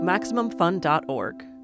MaximumFun.org